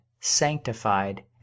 sanctified